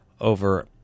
over